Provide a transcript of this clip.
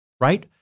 Right